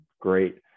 great